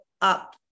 up